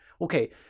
okay